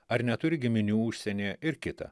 ar neturi giminių užsienyje ir kita